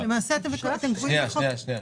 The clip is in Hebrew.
תודה.